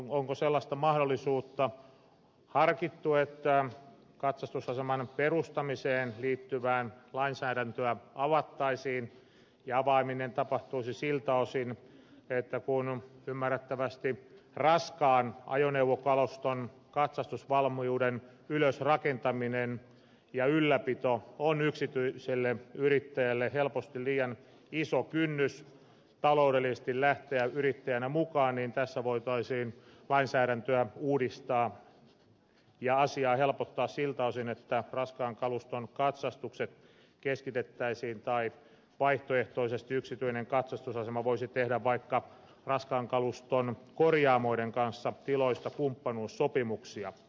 onko sellaista mahdollisuutta harkittu että katsastusaseman perustamiseen liittyvää lainsäädäntöä avattaisiin ja avaaminen tapahtuisi siltä osin että kun ymmärrettävästi raskaan ajoneuvokaluston katsastusvalmiuden ylös rakentaminen ja ylläpito on yksityiselle yrittäjälle helposti liian iso kynnys taloudellisesti lähteä mukaan niin tässä voitaisiin lainsäädäntöä uudistaa ja asiaa helpottaa siltä osin että raskaan kaluston katsastukset keskitettäisiin tai vaihtoehtoisesti yksityinen katsastusasema voisi tehdä vaikkapa raskaan kaluston korjaamoiden kanssa tiloista kumppanuussopimuksia